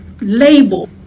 label